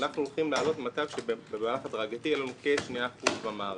אנחנו הולכים לעלות למצב הדרגתי שיהיו לנו כ-2% במערכת.